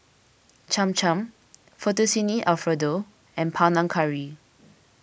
Cham Cham Fettuccine Alfredo and Panang Curry